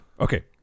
Okay